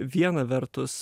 viena vertus